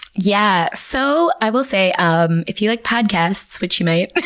yeah. so i will say um if you like podcasts, which you might,